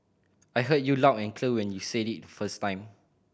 I heard you loud and clear when you said it first time